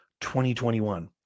2021